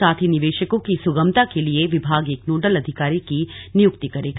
साथ ही निवेशकों की सुगमता के लिए विभाग एक नोडल अधिकारी की नियुक्ति करेगा